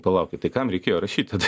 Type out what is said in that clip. palaukit tai kam reikėjo rašyt tada